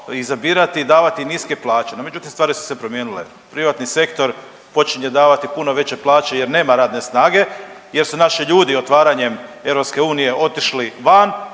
izabirati, davati niske plaće. No međutim, stvari su se promijenile. Privatni sektor počinje davati puno veće plaće jer nema radne snage, jer su naši ljudi otvaranjem EU otišli van